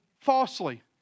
falsely